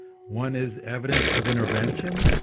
one is evidence of intervention,